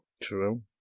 True